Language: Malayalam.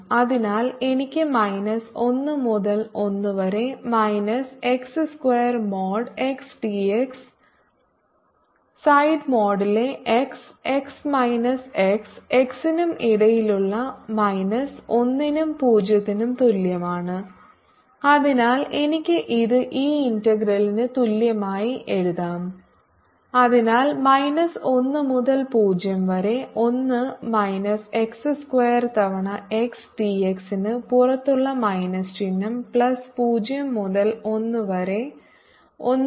അതിനാൽ എനിക്ക് മൈനസ് 1 മുതൽ 1 വരെ minus x square mod x d x side മോഡിലെ x x minus x x നും ഇടയിലുള്ള മൈനസ് 1 നും 0 നും തുല്യമാണ് അതിനാൽ എനിക്ക് ഇത് ഈ ഇന്റഗ്രലിന് തുല്യമായി എഴുതാം അതിനാൽ മൈനസ് 1 മുതൽ 0 വരെ 1 മൈനസ് x സ്ക്വയർ തവണ x dx ന് പുറത്തുള്ള മൈനസ് ചിഹ്നം പ്ലസ് 0 മുതൽ 1 വരെ 1 minus x square x d x